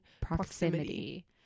proximity